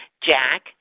Jack